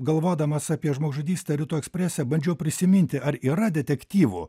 galvodamas apie žmogžudystę rytų eksprese bandžiau prisiminti ar yra detektyvų